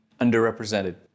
underrepresented